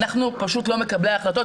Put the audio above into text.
אנחנו פשוט לא מקבלי ההחלטות,